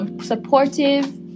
supportive